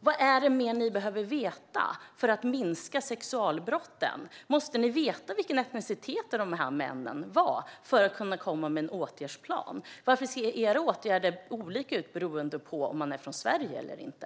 Vad mer behöver ni veta för att minska sexualbrotten? Måste vi veta vilken etnicitet dessa män hade för att kunna komma med en åtgärdsplan? Varför ser era åtgärder olika ut beroende på om förövarna är från Sverige eller inte?